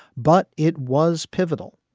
but it was pivotal.